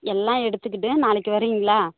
எல்லாம் எடுத்துக்கிட்டு நாளைக்கு வரீங்களா